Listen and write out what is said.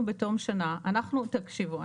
בעוד שנה אנחנו פותחים כאן את השוק.